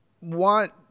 want